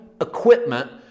equipment